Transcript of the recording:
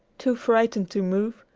too frightened to move,